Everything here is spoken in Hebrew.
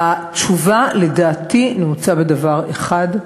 התשובה לדעתי נעוצה בדבר אחד,